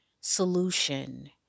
solution